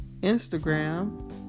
instagram